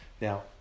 Now